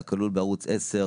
"הכול כלול" בערוץ 10,